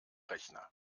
rechner